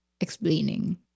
explaining